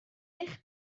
eich